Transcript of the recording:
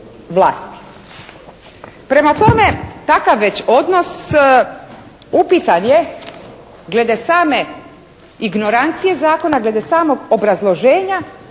Prema tome takav već odnos upitan je glede same ignorancije zakona, glede samog obrazloženja